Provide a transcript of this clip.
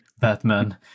Batman